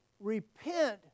repent